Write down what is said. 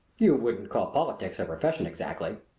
you wouldn't call politics a profession exactly.